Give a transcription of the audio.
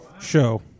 show